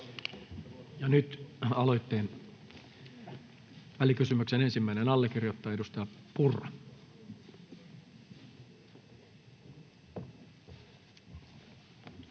Ja nyt välikysymyksen ensimmäinen allekirjoittaja, edustaja Purra.